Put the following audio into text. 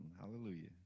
Hallelujah